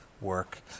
work